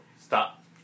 Stop